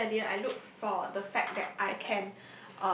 as said earlier I look for the fact that I can